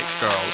Girls